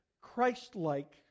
Christ-like